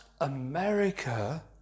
America